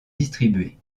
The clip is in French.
distribués